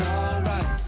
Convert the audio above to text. alright